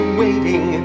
waiting